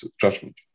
judgment